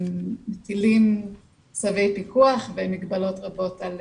מטילים צווי פיקוח ומגבלות רבות על